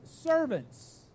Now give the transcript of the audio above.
servants